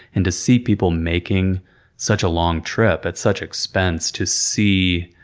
and to see people making such a long trip at such expense to see